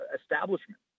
establishment